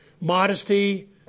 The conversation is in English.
Modesty